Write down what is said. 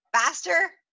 faster